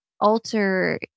alter